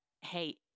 hey